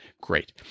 Great